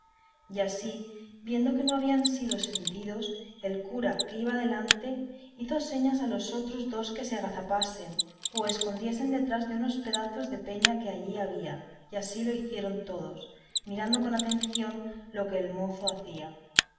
y así viendo que no habían sido sentidos el cura que iba delante hizo señas a los otros dos que se agazapasen o escondiesen detrás de unos pedazos de peña que allí había y así lo hicieron todos mirando con atención lo que el mozo hacía